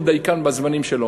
מאוד דייקן בזמנים שלו,